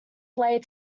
lay